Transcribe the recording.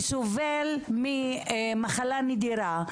שסובל ממחלה נדירה,